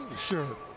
sure.